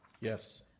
Yes